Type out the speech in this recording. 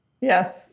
Yes